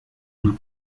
una